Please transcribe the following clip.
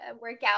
workout